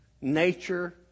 nature